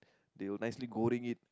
they will nicely goreng it